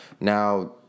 Now